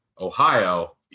Ohio